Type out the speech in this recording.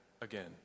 again